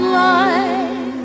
life